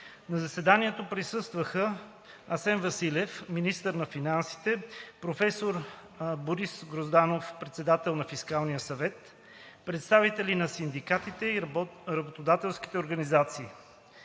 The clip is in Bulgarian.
На заседанието присъстваха: Асен Василев – министър на финансите; професор Борис Грозданов – председател на Фискалния съвет; представители на синдикатите и работодателските организации.